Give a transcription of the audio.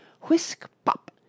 Whisk-pop